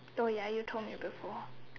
oh ya you told me before